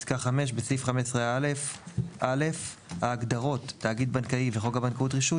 פסקה 5 בסעיף 15א(א): "ההגדרות "תאגיד בנקאי" ו-"חוק הבנקאות (רישוי)"